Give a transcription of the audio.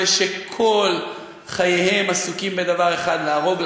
אלה שכל חייהם עסוקים בדבר אחד: להרוג,